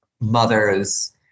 mothers